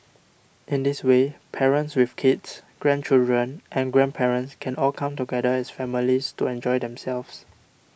in this way parents with kids grandchildren and grandparents can all come together as families to enjoy themselves